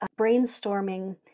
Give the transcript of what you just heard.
brainstorming